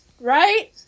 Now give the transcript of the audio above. Right